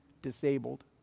disabled